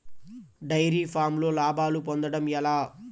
Dairy ఫామ్లో లాభాలు పొందడం ఎలా?